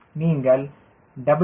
நீங்கள் W 0